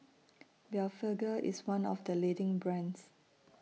Blephagel IS one of The leading brands